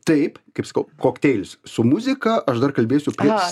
taip kaip sakau kokteilis su muzika aš dar kalbėsiu kaip